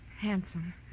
Handsome